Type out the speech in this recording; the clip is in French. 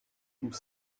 tout